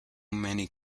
many